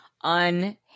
un-